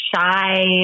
shy